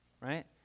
right